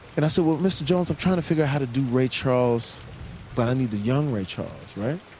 and i said, well, mr. jones, i'm trying to figure out how to do ray charles but i need the young ray charles, right?